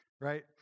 right